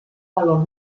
valor